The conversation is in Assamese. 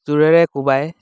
জোৰেৰে কোবাই